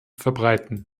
verbreiten